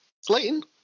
Slayton